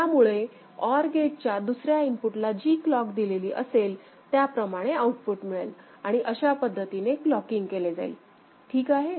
त्यामुळे OR गेटच्या दुसऱ्या इनपुटला जी क्लॉक दिलेली असेल त्याप्रमाणे आउटपुट मिळेल आणि अशा पद्धतीने क्लॉकिंग केले जाईल ठीक आहे